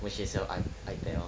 which is your I ipad lor